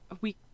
we-